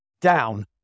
down